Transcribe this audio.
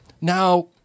now